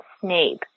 Snape